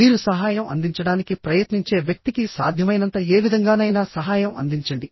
మీరు సహాయం అందించడానికి ప్రయత్నించే వ్యక్తికి సాధ్యమైనంత ఏ విధంగానైనా సహాయం అందించండి